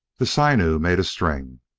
the sinew made a string.